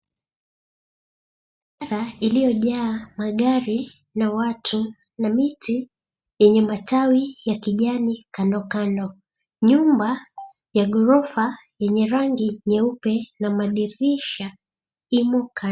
Iliyojaa magari na watu na miti yenye matawi ya kijani kandokano nyumba ya ghorofa yenye rangi nyeupe na madirisha imo kando.